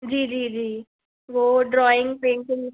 जी जी जी वो ड्रॉइंग पेंटिंग